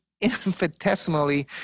infinitesimally